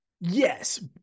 yes